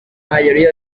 mayoría